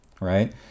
right